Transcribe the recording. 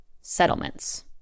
settlements